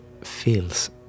feels